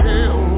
Hell